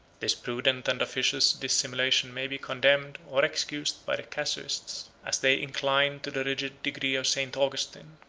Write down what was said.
this prudent and officious dissimulation may be condemned, or excused, by the casuists, as they incline to the rigid decree of st. augustin,